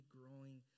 growing